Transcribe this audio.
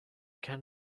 can